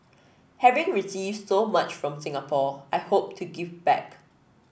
having received so much from Singapore I hope to give back